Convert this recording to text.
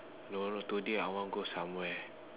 don't know today I want go somewhere